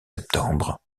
septembre